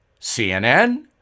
CNN